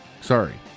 Sorry